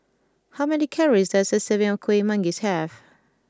how many calories does a serving of Kuih Manggis have